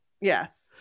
yes